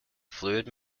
fluid